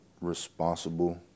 responsible